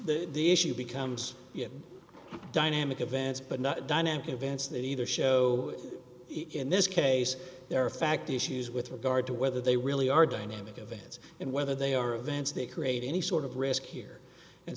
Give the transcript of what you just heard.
the the issue becomes dynamic events but not dynamic events that either show in this case there are fact issues with regard to whether they really are dynamic events and whether they are events they create any sort of risk here and